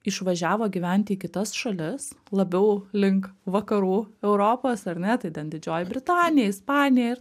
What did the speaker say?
išvažiavo gyventi į kitas šalis labiau link vakarų europos ar ne tai ten didžioji britanija ispanija